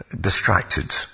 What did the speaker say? distracted